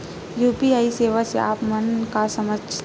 UPI सेवा से आप मन का समझ थान?